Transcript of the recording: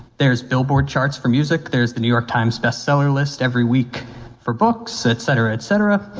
there's billboard charts for music, there's the new york times bestseller list every week for books, et cetera, et cetera.